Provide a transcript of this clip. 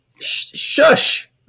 Shush